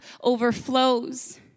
overflows